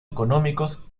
económicos